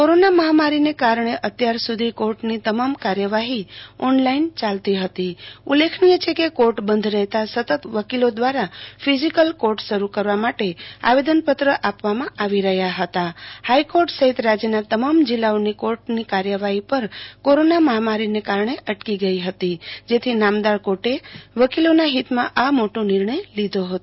corona મહામારીને કરને અત્યાર સુધીની કોર્ટની તમામ કાર્યવાહી ઓનલાઈન ચાલતી હતી ઉલેખનિય છે કે કોર્ટ બંધ રહેતા સતત વકીલો દ્વારા ફીઝીકેલ કોર્ટ શરુ કરવા માટે આવેદનપત્ર આપવામાં આવી રહ્યા હતા હાઇકોર્ટ સહિત રાજ્યના તમામ જીલ્લાઓની કોર્ટ કાર્યવાહી પર કોરોના મહામારીને કારણે અટકી હતી જેથી નામદાર કોર્ટે વકીલોનાં હિતમાં આ મોટો નિર્ણય લીધો હતો